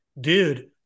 dude